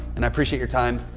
and i appreciate your time.